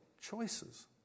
choices